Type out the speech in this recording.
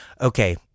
okay